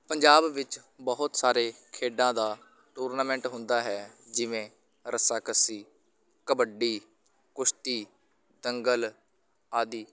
ਪੰਜਾਬ ਵਿੱਚ ਬਹੁਤ ਸਾਰੇ ਖੇਡਾਂ ਦਾ ਟੂਰਨਾਮੈਂਟ ਹੁੰਦਾ ਹੈ ਜਿਵੇਂ ਰੱਸਾਕਸ਼ੀ ਕਬੱਡੀ ਕੁਸ਼ਤੀ ਦੰਗਲ ਆਦਿ